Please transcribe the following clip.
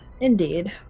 Indeed